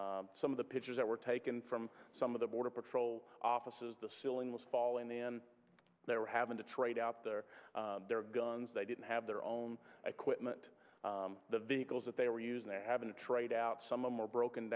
space some of the pictures that were taken from some of the border patrol offices the ceiling was falling then they were having to trade out their their guns they didn't have their own equipment the vehicles that they were using they have a trade out some of them are broken